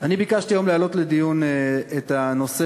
אני ביקשתי היום להעלות לדיון את הנושא